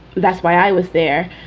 that's why i was there.